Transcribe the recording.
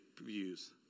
views